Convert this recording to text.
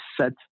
set